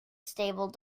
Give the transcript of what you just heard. stable